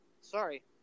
sorry